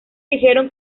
dijeron